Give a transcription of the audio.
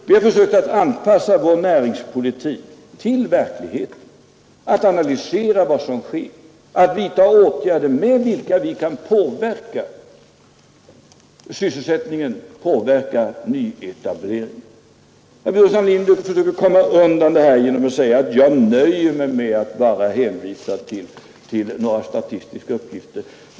Vi har försökt att anpassa vår näringspolitik till verkligheten, analysera vad som sker, vidta åtgärder med vilka vi kan påverka sysselsättningen och nyetableringen. Herr Burenstam Linder försöker komma undan det här med att säga att jag nöjer mig med att bara hänvisa till några statistiska uppgifter.